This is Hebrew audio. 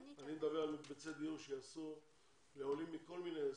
אני מדבר על מקבצי דיור שיעשו לעולים מכל מיני,